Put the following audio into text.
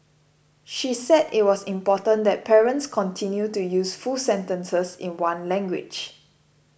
she said it was important that parents continue to use full sentences in one language